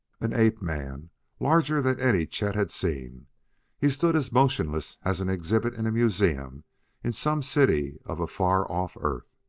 an ape-man larger than any chet had seen he stood as motionless as an exhibit in a museum in some city of a far-off earth.